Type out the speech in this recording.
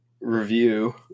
review